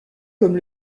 comme